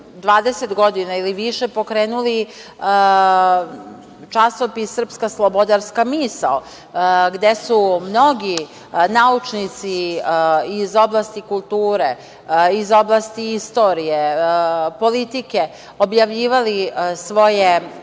20 godina, ili više, pokrenuli Časopis „Srpska slobodarska misao“, gde su mnogi naučnici iz oblasti kulture, iz oblasti istorije, politike objavljivali svoje